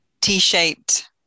T-shaped